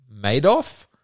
Madoff